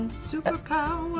superpower.